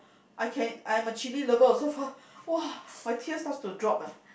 I can I am a chilli lover also !wah! my tears starts to drop leh